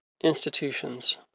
institutions